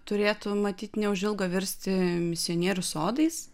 turėtų matyt neužilgo virsti misionierių sodais